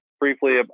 briefly